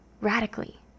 radically